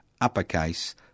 uppercase